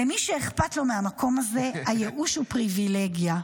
למי שאכפת מהמקום הזה, הייאוש הוא פריבילגיה",